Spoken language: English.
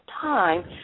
time